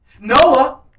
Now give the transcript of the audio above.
Noah